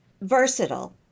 versatile